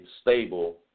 stable